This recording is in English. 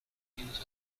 views